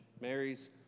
Mary's